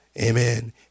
amen